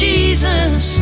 Jesus